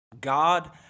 God